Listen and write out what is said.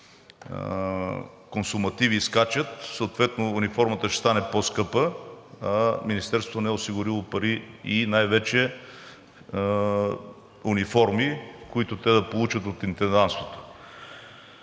консумативи скачат, съответно униформата ще стане по-скъпа, а министерството не е осигурило пари и най-вече униформи, които те да получат в интендантството.